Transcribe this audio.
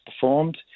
performed